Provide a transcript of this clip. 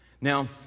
Now